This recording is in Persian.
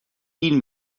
این